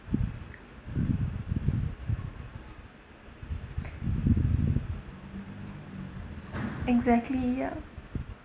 exactly ya